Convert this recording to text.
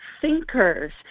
thinkers